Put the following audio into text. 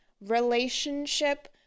relationship